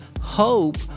hope